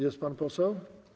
Jest pan poseł?